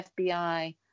FBI